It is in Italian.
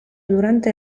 durante